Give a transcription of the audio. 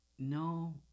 No